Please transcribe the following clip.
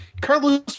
Carlos